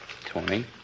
twenty